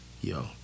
yo